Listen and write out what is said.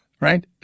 right